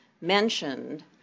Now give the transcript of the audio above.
mentioned